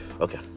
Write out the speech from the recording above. okay